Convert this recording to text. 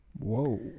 Whoa